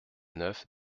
neuf